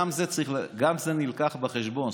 גם זה מובא בחשבון,